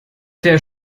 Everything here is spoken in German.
der